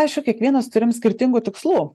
aišku kiekvienas turim skirtingų tikslų